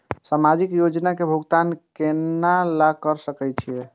समाजिक योजना के भुगतान केना ल सके छिऐ?